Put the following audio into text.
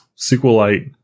SQLite